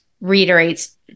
reiterates